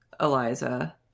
Eliza